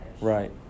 right